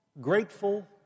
grateful